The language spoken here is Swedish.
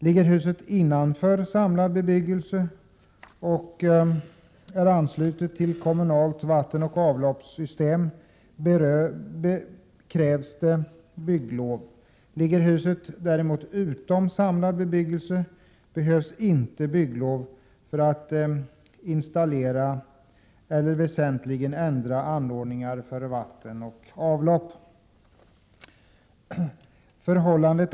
Ligger huset inom samlad bebyggelse och är anslutet till kommunalt vattenoch avloppssystem krävs det bygglov. Ligger huset däremot utanför samlad bebyggelse behövs inte bygglov för att installera eller väsentligen förändra anordningar för vatten och avlopp.